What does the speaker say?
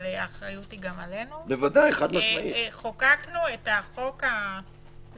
אבל האחריות היא גם עלינו חוקקנו את החוק הלא